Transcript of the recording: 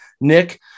Nick